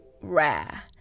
rare